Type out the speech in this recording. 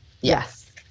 Yes